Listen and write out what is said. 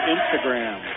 Instagram